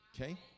okay